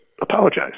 apologize